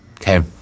okay